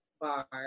bar